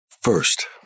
First